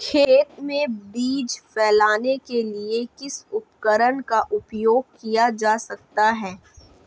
खेत में बीज फैलाने के लिए किस उपकरण का उपयोग किया जा सकता है?